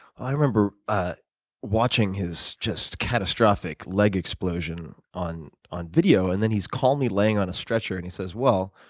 i remember ah watching his just catastrophic leg explosion on on video and then he's calmly lying on a stretcher and he says, well,